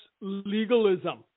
legalism